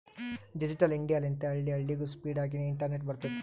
digital India ಲಿಂತೆ ಹಳ್ಳಿ ಹಳ್ಳಿಗೂ ಸ್ಪೀಡ್ ಆಗಿ ಇಂಟರ್ನೆಟ್ ಬರ್ತುದ್